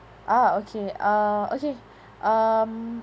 ah okay uh okay um